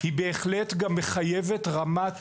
היא בהחלט גם מחייבת רמת